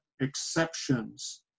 exceptions